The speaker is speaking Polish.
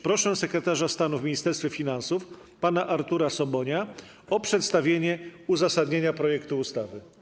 Proszę sekretarza stanu w Ministerstwie Finansów pana Artura Sobonia o przedstawienie uzasadnienia projektu ustawy.